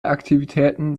aktivitäten